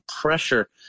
pressure